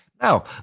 Now